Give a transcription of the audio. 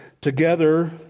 together